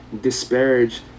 disparage